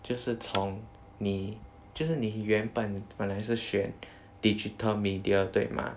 就是从你就是你原本本来是学 digital media 对吗